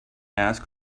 ask